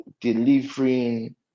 delivering